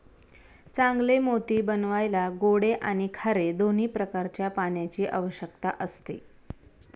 चांगले मोती बनवायला गोडे आणि खारे दोन्ही प्रकारच्या पाण्याची आवश्यकता असते